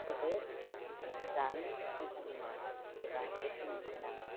जोबोद जानो मोजां मोनो एबा बेसेनगोनां